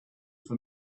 for